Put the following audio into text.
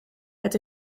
het